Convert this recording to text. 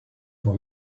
for